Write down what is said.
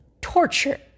torture